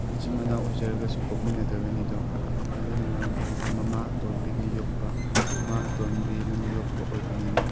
ꯃꯆꯤꯟ ꯃꯅꯥꯎ ꯑꯣꯢꯖꯔꯒꯁꯨ ꯄꯣꯛꯃꯤꯟꯅꯗꯕꯅꯤꯗꯣ ꯑꯗꯨꯅ ꯃꯔꯝ ꯑꯣꯏꯔꯒ ꯃꯃꯥ ꯑꯇꯣꯝꯕꯤꯅ ꯌꯣꯛꯄ ꯃꯃꯥ ꯑꯇꯣꯝꯕꯤꯅ ꯌꯣꯛꯄ ꯑꯣꯏꯕꯅꯤꯅ